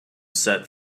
set